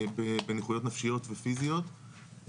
בנכויות נפשיות ופיזיות.